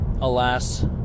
alas